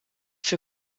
für